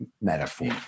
metaphor